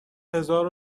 هزار